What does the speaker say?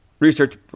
Research